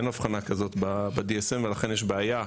אין אבחנה כזו ב-DSM, ולכן יש בעיה.